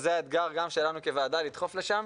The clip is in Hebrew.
וזה האתגר שלנו כוועדה לדחוף לשם,